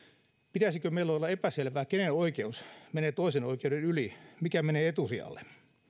pitäisikö meille olla epäselvää kenen oikeus menee toisen oikeuden yli mikä menee etusijalle